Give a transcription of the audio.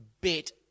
bit